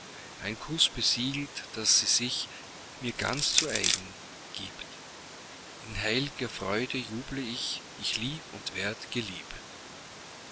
ein kuß besiegelt daß sie sich mir ganz zu eigen giebt in heil'ger freude juble ich ich lieb und werd geliebt